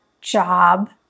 job